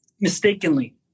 mistakenly